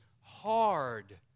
hard